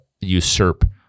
usurp